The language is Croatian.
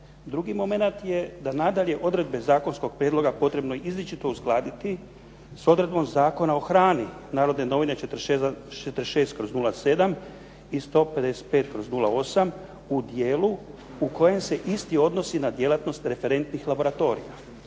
Drugi momenat je da nadalje odredbe zakonskog prijedloga potrebno je izričito uskladiti s odredbom Zakona o hrani "Narodne novine" 46/07. i 155/08. u dijelu u kojem se isti odnosi na djelatnost referentnih laboratorija.